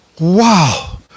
wow